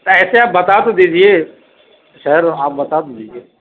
تو ایسے آپ بتا تو دیجیے سر آپ بتا تو دیجیے